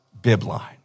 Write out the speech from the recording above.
bibline